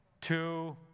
two